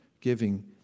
giving